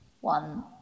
One